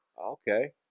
okay